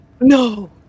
no